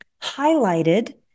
highlighted